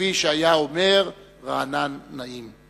כפי שהיה אומר רענן נעים.